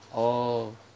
oh